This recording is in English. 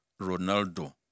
Ronaldo